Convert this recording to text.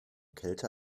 kälte